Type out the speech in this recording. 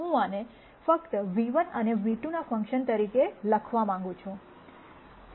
હું આને ફક્તν ₁ અને ν₂ ના ફંક્શન તરીકે લખવા માંગું છું